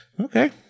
Okay